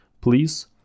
Please